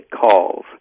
calls